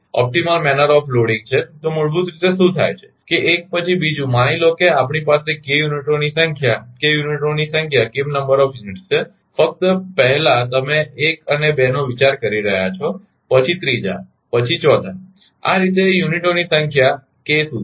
તો મૂળભૂત રીતે શું થાય છે કે 1 પછી બીજું માની લો કે આપણી પાસે k યુનિટોની સંખ્યા k યુનિટોની સંખ્યા છે ફક્ત પહેલા તમે 1 અને 2 નો વિચાર કરી રહ્યાં છો પછી 3 જા પછી 4 થા આ રીતે યુનિટોની સંખ્યા કે સુધી છે